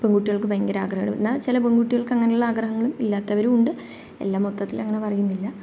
പെൺകുട്ടികൾക്ക് ഭയങ്കര ആഗ്രഹമാണ് എന്നാൽ ചില പെൺകുട്ടികൾക്ക് അങ്ങനെയുള്ള ആഗ്രഹങ്ങളും ഇല്ലാത്തവരുമുണ്ട് എല്ലാം മൊത്തത്തിൽ അങ്ങനെ പറയുന്നില്ല